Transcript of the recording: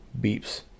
beeps